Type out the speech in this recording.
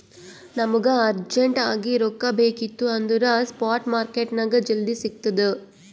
ನಮುಗ ಅರ್ಜೆಂಟ್ ಆಗಿ ರೊಕ್ಕಾ ಬೇಕಿತ್ತು ಅಂದುರ್ ಸ್ಪಾಟ್ ಮಾರ್ಕೆಟ್ನಾಗ್ ಜಲ್ದಿ ಸಿಕ್ತುದ್